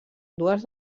dues